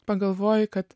pagalvoji kad